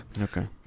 Okay